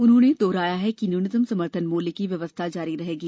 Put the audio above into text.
उन्होंने दोहराया कि न्यूनतम समर्थन मूल्य की व्यवस्था जारी रहेगी